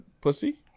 pussy